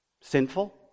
sinful